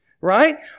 right